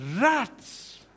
rats